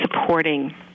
supporting